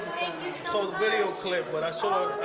so video clip but i saw